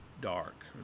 dark